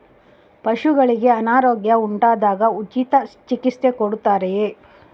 ಪಶುಗಳಿಗೆ ಅನಾರೋಗ್ಯ ಉಂಟಾದಾಗ ಉಚಿತ ಚಿಕಿತ್ಸೆ ಕೊಡುತ್ತಾರೆಯೇ?